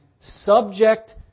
Subject